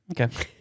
okay